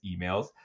emails